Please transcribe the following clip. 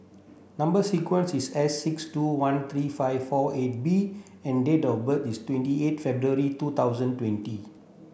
number sequence is S six two one three five four eight B and date of birth is twenty eight February two thousand twenty